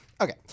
Okay